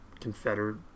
confederate